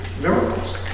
miracles